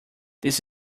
this